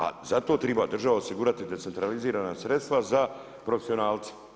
A za to treba država osigurati decentralizirana sredstva za profesionalce.